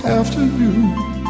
afternoon